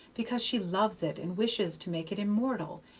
because she loves it and wishes to make it immortal,